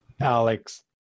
Alex